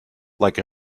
like